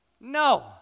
No